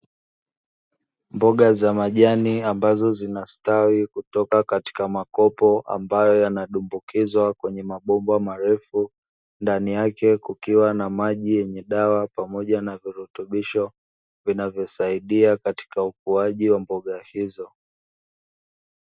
Mboga za majani ambazo zinastawi kutoka katika makopo ambayo yanadumbukizwa kwenye mabomba marefu, ndani yake kukiwa na maji yenye dawa pamoja na virutubisho vinavyosaidia katika ukuaji wa mboga hizo.